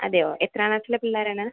അതെയോ എത്രാം ക്ലാസ്സിലെ പിള്ളേരാണ്